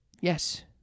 Yes